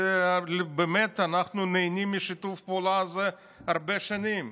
באמת אנחנו נהנים משיתוף הפעולה הזה הרבה שנים.